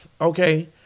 Okay